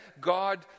God